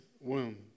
womb